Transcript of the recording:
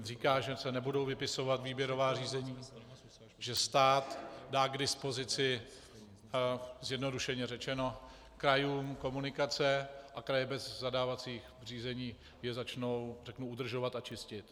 Říká, že se nebudou vypisovat výběrová řízení, že stát dá k dispozici zjednodušeně řečeno krajům komunikace a kraje bez zadávacích řízení je začnou udržovat a čistit.